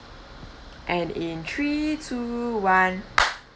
and in three two one